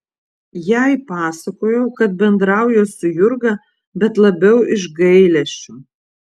jai pasakojo kad bendrauja su jurga bet labiau iš gailesčio